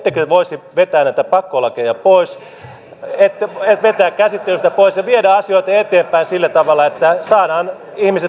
ettekö voisi vetää näitä pakkolakeja käsittelystä pois ja viedä asioita eteenpäin sillä tavalla että saadaan ihmiset neuvottelupöytään